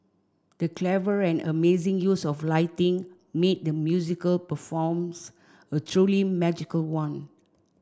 the clever and amazing use of lighting made the musical performs a truly magical one